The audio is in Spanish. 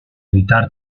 evitar